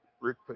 Rick